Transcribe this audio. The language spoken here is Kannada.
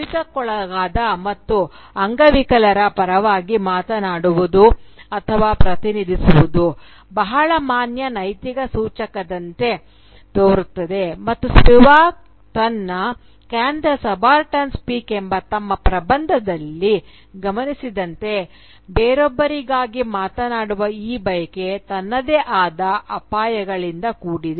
ತುಳಿತಕ್ಕೊಳಗಾದ ಮತ್ತು ಅಂಗವಿಕಲರ ಪರವಾಗಿ ಮಾತನಾಡುವುದು ಅಥವಾ ಪ್ರತಿನಿಧಿಸುವುದು ಬಹಳ ಮಾನ್ಯ ನೈತಿಕ ಸೂಚಕದಂತೆ ತೋರುತ್ತದೆ ಆದರೆ ಸ್ಪಿವಾಕ್ ತನ್ನ ಕ್ಯಾನ್ ದಿ ಸಬಾಲ್ಟರ್ನ್ ಸ್ಪೀಕ್ ಎಂಬ ತಮ್ಮ ಪ್ರಬಂಧದಲ್ಲಿ ಗಮನಿಸಿದಂತೆ ಬೇರೊಬ್ಬರಿಗಾಗಿ ಮಾತನಾಡುವ ಈ ಬಯಕೆ ತನ್ನದೇ ಆದ ಅಪಾಯಗಳಿಂದ ಕೂಡಿದೆ